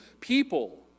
people